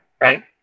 right